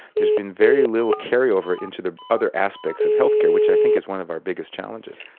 there's been very little carryover into the other aspects of healthcare which i think is one of our biggest challenges.